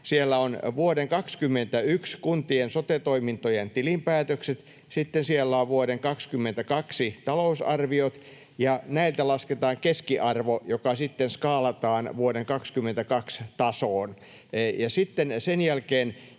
Siellä on kuntien vuoden 21 sote-toimintojen tilinpäätökset, sitten siellä on vuoden 22 talousarviot, ja näiltä lasketaan keskiarvo, joka sitten skaalataan vuoden 22 tasoon.